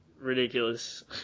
Ridiculous